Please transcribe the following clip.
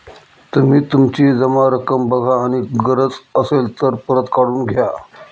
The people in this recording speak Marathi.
तुम्ही तुमची जमा रक्कम बघा आणि गरज असेल तर परत काढून घ्या